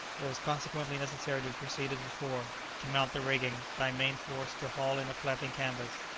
it was consequently necessary to proceed as before to mount the rigging, by main force to haul in the flapping canvas,